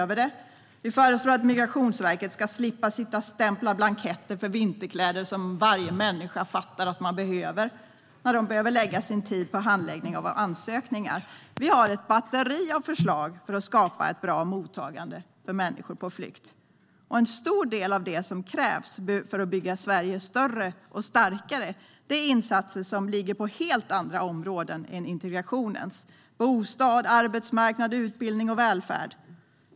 Vi föreslår att Migrationsverket ska slippa stämpla blanketter för vinterkläder, som varje människa fattar behövs, när man behöver lägga sin tid på handläggning av ansökningar. Vi har ett batteri av förslag för att skapa ett bra mottagande av människor på flykt. En stor del av det som krävs för att bygga Sverige större och starkare är insatser som ligger på helt andra områden än integrationens. Det handlar om bostad, arbetsmarknad, utbildning och välfärd.